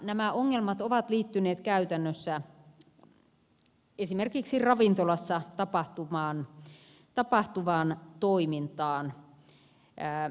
nämä ongelmat ovat liittyneet käytännössä esimerkiksi ravintolassa tapahtuvaan toimintaan